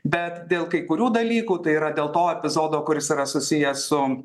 bet dėl kai kurių dalykų tai yra dėl to epizodo kuris yra susijęs su